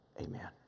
Amen